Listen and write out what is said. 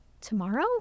tomorrow